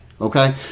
Okay